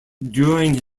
during